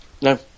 No